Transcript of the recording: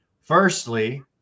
Firstly